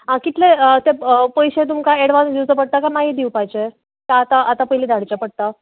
आं कितलें पयशे तुमकां एडवान्स दिवचो पडटा काय मागीर दिवपाचे काय आतां आतां पयलीं धाडचे पडटात